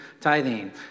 tithing